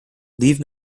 leave